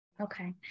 Okay